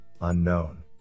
Unknown